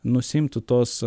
nusiimtų tos